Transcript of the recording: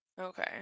Okay